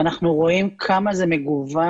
אנחנו רואים כמה זה מגוון,